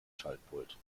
schaltpult